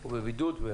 הוא בבידוד.